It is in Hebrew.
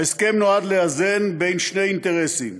ההסכם נועד לאזן בין שני אינטרסים: